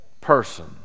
person